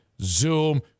zoom